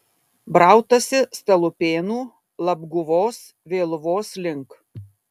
brautasi stalupėnų labguvos vėluvos link